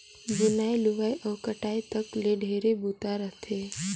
बुनई, लुवई अउ कटई तक ले ढेरे बूता रहथे